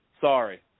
Sorry